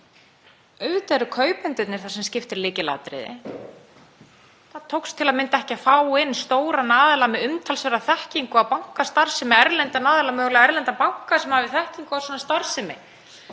Auðvitað eru kaupendurnir lykilatriði. Það tókst til að mynda ekki að fá inn stóran aðila með umtalsverða þekkingu á bankastarfsemi, erlendan aðila, mögulega erlendan banka sem hefur þekkingu á svona starfsemi.